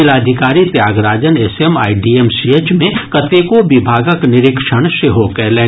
जिलाधिकारी Tyagarajan S M आइ DMCH मे कतेको विभागक निरीक्षण सेहो कयलनि